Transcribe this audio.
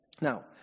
Now